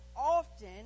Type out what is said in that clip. often